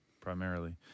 primarily